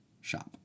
shop